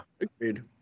agreed